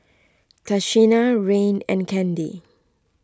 Tashina Rayne and Kandy